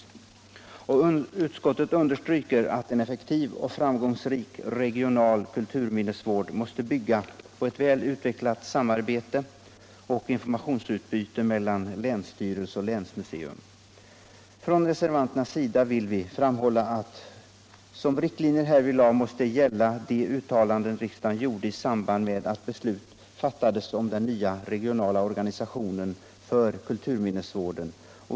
Utskoutet understryker att en effektiv och framgångsrik regional kulturminnesvård måste bygga på ett väl utvecklat samarbete och informationsutbyte mellan länsstyrelse och länsmuseum. Från reservanternas sida vill vi framhålla att som riktlinjer härvidlag måste gälla de uttalanden riksdagen gjorde i samband med att beslut fattades om den nya regionala organisationen för kulturminnesvården.